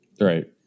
Right